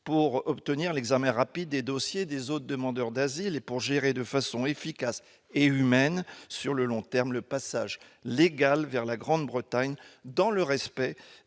pour obtenir l'examen rapide des dossiers des autres demandeurs d'asile et pour gérer, de façon efficace et humaine, sur le long terme, le passage légal vers la Grande-Bretagne, dans le respect